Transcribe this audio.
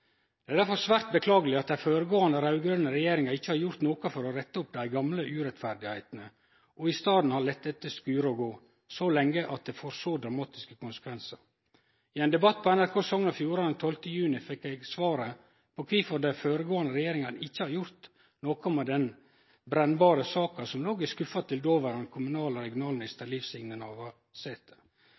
Det er derfor svært beklageleg at dei føregåande raud-grøne regjeringane ikkje har gjort noko for å rette opp dei gamle urettane, og i staden har late dette skure og gå så lenge at det får så dramatiske konsekvensar. I ein debatt på NRK Sogn og Fjordane 12. juni fekk eg svaret på kvifor dei føregåande regjeringane ikkje har gjort noko med denne brennbare saka, som låg i skuffa til dåverande kommunal- og regionalminister Liv Signe